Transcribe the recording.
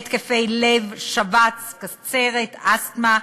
להתקפי לב, שבץ, קצרת, אסתמה,